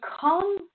come